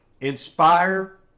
inspire